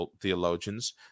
theologians